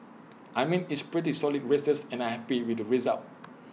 I mean it's pretty solid races and I'm happy with the results